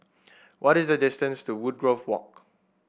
what is the distance to Woodgrove Walk